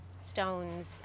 stones